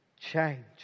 change